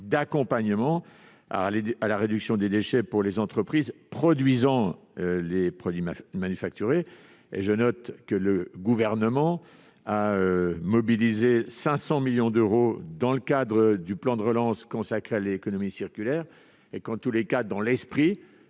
d'accompagnement à la réduction des déchets pour les entreprises produisant les produits manufacturés. Je note d'ailleurs que le Gouvernement a mobilisé 500 millions d'euros dans le cadre du plan de relance pour l'économie circulaire. Cette démarche, dans son esprit,